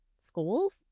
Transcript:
schools